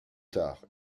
tard